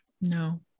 no